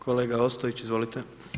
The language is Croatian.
Kolega Ostojić, izvolite.